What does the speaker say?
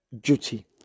duty